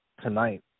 tonight